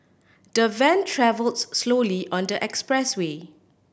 the van travel slowly on the expressway